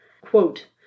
quote